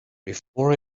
before